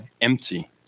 empty